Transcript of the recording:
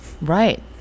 Right